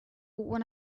when